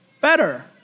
better